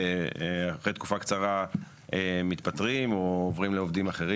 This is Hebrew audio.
ואחרי תקופה קצרה מתפטרים או עוברים לעבוד במקום אחר,